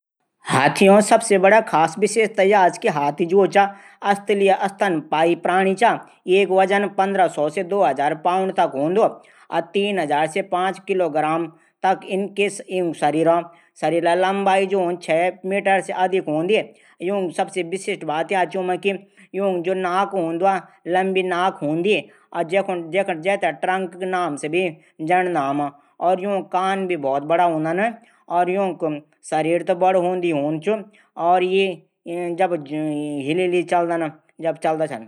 हाथियों की सबसे बडी विशेषता या च कि ऊ स्थलीय स्तनधारी प्राणी च। वे वजन पंद्रह सौ से दो हजार पाऊंड तक हूंदू। शरीर लम्बाई यूंकी छ मीटर तक हूंदी। सबसे विशिष्टत बात यू मा याच की यूंकी लंबी नाक हूंदी। जैथे ट्रंक का नाम से भी जंडदा हम। यूंक कान भी बहुत बडा हूंदन। यूंक शरीर भी बडू हूद ही हूद चा। और ई हिल हिल चलदना।